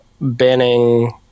Banning